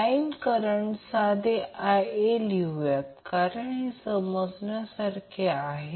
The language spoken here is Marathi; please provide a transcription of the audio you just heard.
मग जर हे Vab सारखे असेल तर Vbc इथे येईल कारण हा अँगल तो 120° आहे